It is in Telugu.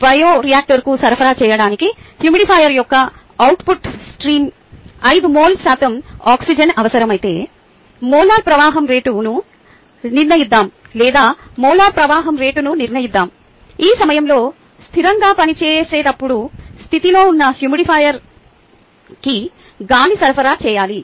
బయోరియాక్టర్కు సరఫరా చేయడానికి హ్యూమిడిఫైయర్ యొక్క అవుట్పుట్ స్ట్రీమ్లో 5 మోల్ శాతం ఆక్సిజన్ అవసరమైతే మోలార్ ప్రవాహం రేటును నిర్ణయిద్దాం లేదా మోలార్ ప్రవాహం రేటును నిర్ణయిద్దాం ఈ సమయంలో స్థిరంగా పనిచేసేటప్పుడు స్థితిలో ఉన్న హ్యూమిడిఫైయర్కి గాలి సరఫరా చేయాలి